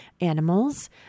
animals